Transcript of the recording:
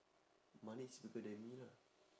money is bigger than me lah